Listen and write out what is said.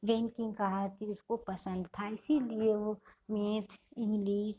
banking की हर चीज़ उसको पसन्द थी इसीलिए वह मैथ इंग्लिश